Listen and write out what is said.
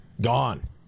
gone